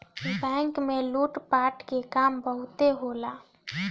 bank में लूट पाट के काम बहुते होला